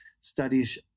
studies